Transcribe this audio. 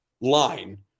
line